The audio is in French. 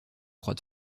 croix